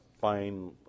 fine